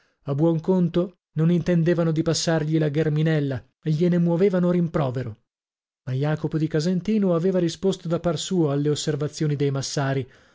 a buon conto non intendevano di passargli la gherminella e gliene muovevano rimprovero ma jacopo di casentino aveva risposto da par suo alle osservazioni dei massari